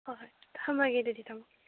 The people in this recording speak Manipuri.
ꯍꯣꯏ ꯍꯣꯏ ꯊꯝꯃꯒꯦ ꯑꯗꯨꯗꯤ ꯇꯥꯃꯣ